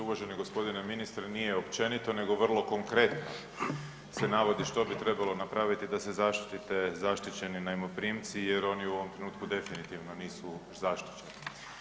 Uvaženi gospodine ministre nije općenito, nego vrlo konkretno se navodi što bi trebalo napraviti da se zaštite zaštićeni najmoprimci jer oni u ovom trenutku definitivno nisu zaštićeni.